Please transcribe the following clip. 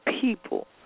people